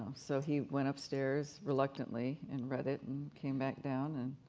um so he went upstairs, reluctantly and read it and came back down, and